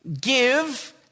give